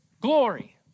glory